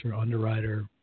underwriter